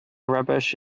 rubbish